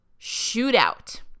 shootout